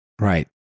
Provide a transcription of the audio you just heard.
Right